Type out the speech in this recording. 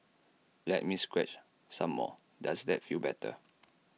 let me scratch some more does that feel better